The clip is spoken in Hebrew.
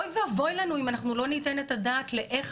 אוי ואבוי לנו אם אנחנו לא ניתן את הדעת לאיך